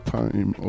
time